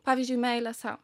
pavyzdžiui meilę sau